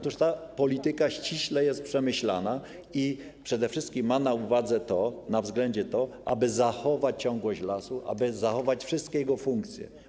Ta polityka jest ściśle przemyślana i przede wszystkim ma na uwadze to, na względzie to, aby zachować ciągłość lasu, aby zachować wszystkie jego funkcje.